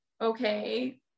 okay